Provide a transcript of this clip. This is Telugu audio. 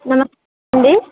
నమస్కారం అండి